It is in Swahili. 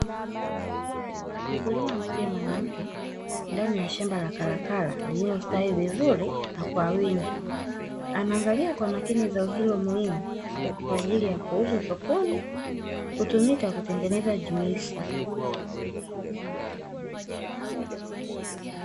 Mkulima mmoja mwanamke ndani ya shamba la kalakala lililostawi vizuri kwa wingi, anaangalia kwa makini zao hilo muhimu kwaajili ya kuuza sokoni, kutumika kutengeneza juisi.